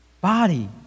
body